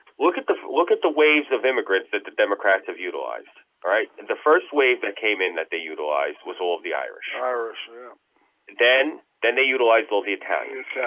look at the look at the waves of immigrants that the democrats have utilized all right the first wave that came in that they utilized was all of the irish irish yeah then then they utilized all the italians